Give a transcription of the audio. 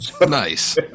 Nice